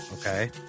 Okay